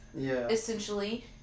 essentially